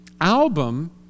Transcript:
Album